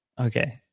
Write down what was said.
Okay